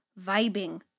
Vibing